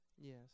Yes